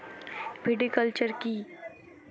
Viticulture কী?